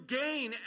gain